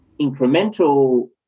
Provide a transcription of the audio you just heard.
incremental